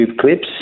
clips